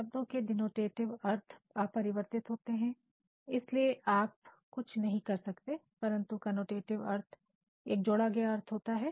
शब्दों के दिनोटेटिवे अर्थ अपरिवर्तित रहते हैं इसलिए आप कुछ नहीं कर सकते परंतु कोनोटेटिव अर्थ एक जोड़ा गया अर्थ होता है